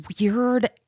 weird